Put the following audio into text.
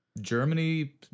Germany